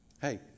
hey